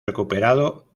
recuperado